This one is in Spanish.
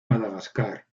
madagascar